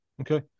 Okay